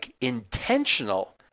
intentional